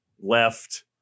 left